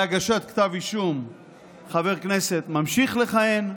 בהגשת כתב אישום חבר כנסת ממשיך לכהן,